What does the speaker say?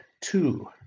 two